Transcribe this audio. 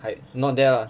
like not there lah